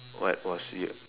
what what's weird